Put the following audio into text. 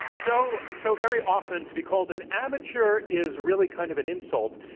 so so very often, to be called an amateur is really kind of an insult.